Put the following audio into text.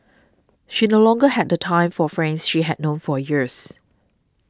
she no longer had the time for friends she had known for years